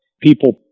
people